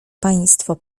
państwo